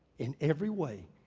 in every way,